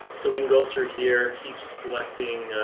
so we can go through here, keep selecting.